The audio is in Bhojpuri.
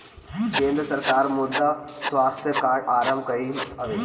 केंद्र सरकार मृदा स्वास्थ्य कार्ड आरंभ कईले हवे